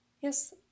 Yes